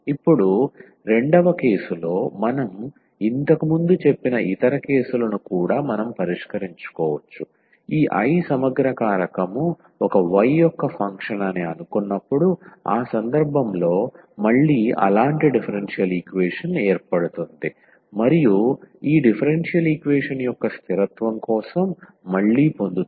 ఇప్పుడు కేసు 2 లో మనం ఇంతకుముందు చెప్పిన ఇతర కేసులను కూడా మనం పరిష్కరించుకోవచ్చు ఈ I సమగ్ర కారకం ఒక y యొక్క ఫంక్షన్ అని అనుకున్నప్పుడు ఆ సందర్భంలో మళ్ళీ అలాంటి డిఫరెన్షియల్ ఈక్వేషన్ ఏర్పడుతుంది మరియు ఈ డిఫరెన్షియల్ ఈక్వేషన్ యొక్క స్థిరత్వం కోసం మళ్ళీ పొందుతారు